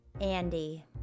Andy